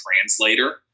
translator